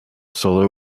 solo